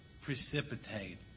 precipitate